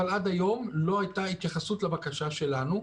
אבל עד היום לא הייתה התייחסות לבקשה שלנו.